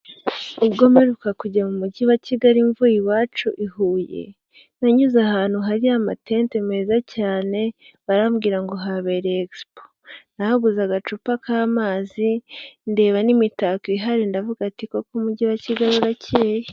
Ubwo mperuka kujya mu mujyi wa Kigali mvuye iwacu i Huye, nanyuze ahantu hari amatente meza cyane, barambwira ngo habereye egisipo, nahaguze agacupa k'amazi ndeba n'imitako ihari, ndavuga nti ''koko umujyi wa Kigali urakeye''.